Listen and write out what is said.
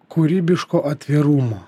kūrybiško atvirumo